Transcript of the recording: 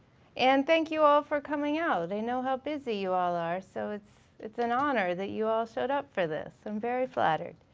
and thank you all for coming out, i know how busy you all are so it's it's an honor that you all showed up for this, i'm very flattered.